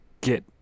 get